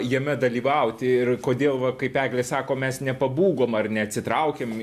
jame dalyvauti ir kodėl va kaip eglė sako mes nepabūgom ar neatsitraukėm